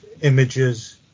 images